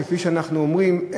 כפי שאנחנו אומרים,